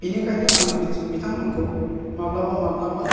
बिनिखायनो आं बिथांमोनखौ माब्लाबा माब्लाबा